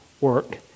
work